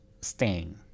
stain